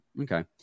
Okay